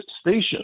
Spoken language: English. station